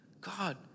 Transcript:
God